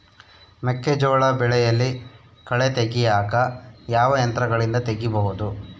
ಮೆಕ್ಕೆಜೋಳ ಬೆಳೆಯಲ್ಲಿ ಕಳೆ ತೆಗಿಯಾಕ ಯಾವ ಯಂತ್ರಗಳಿಂದ ತೆಗಿಬಹುದು?